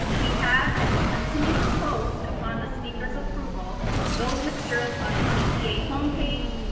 we have and will continue to post upon the speakers' approval those materials on the dba homepage,